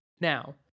Now